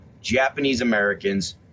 Japanese-Americans